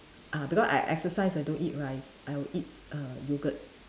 ah because I exercise I don't eat rice I would eat err yogurt